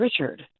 Richard